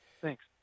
Thanks